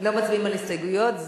לא מצביעים על הסתייגויות.